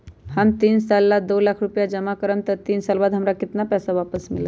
हम तीन साल ला दो लाख रूपैया जमा करम त तीन साल बाद हमरा केतना पैसा वापस मिलत?